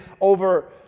over